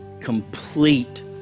complete